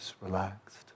relaxed